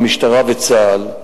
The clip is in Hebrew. המשטרה וצה"ל.